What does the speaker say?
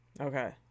Okay